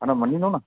हा न मञींदो न